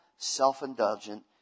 self-indulgent